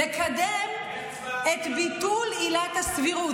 לקדם את ביטול עילת הסבירות.